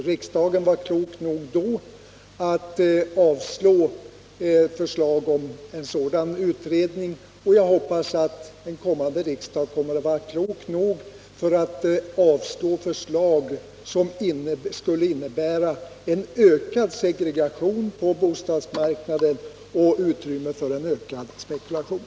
Riksdagen var klok nog att avslå förslaget om en sådan utredning, och jag hoppas att en kommande riksdag skall vara klok nog att avslå förslag som skulle innebära en ökad segregation på bostadsmarknaden och ett ökat utrymme för spekulation.